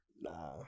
Nah